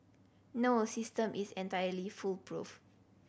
no system is entirely foolproof